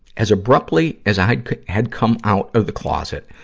as abruptly as i had come out of the closet,